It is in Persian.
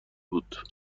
بود